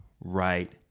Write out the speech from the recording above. right